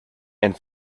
and